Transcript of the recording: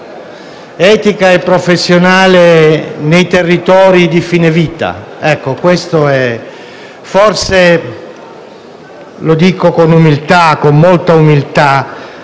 etica e professionale nei territori del fine vita. Forse - lo dico con molta umiltà